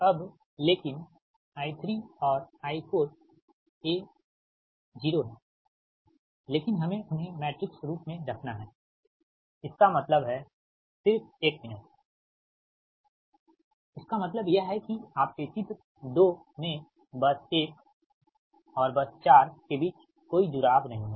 अबलेकिन I3 और I4 ये शून्य हैं लेकिन हमें उन्हें मैट्रिक्स रूप में रखना हैं इसका मतलब है सिर्फ एक मिनट इसका मतलब यह है कि आपके चित्र 2 में बस 1 और बस 4 के बीच कोई जुड़ाव नहीं है